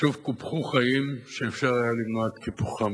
ששוב קופחו חיים שאפשר היה למנוע את קיפוחם,